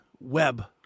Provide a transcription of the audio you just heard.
web